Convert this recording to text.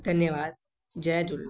धन्यवाद जय झूलेलाल